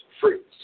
fruits